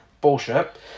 Bullshit